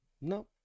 No